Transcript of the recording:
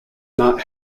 not